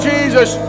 Jesus